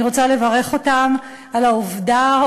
אני רוצה לברך אותם על העובדה,